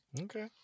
okay